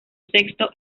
sexto